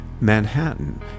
Manhattan